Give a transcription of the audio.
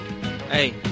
Hey